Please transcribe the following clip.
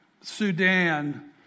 Sudan